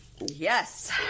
Yes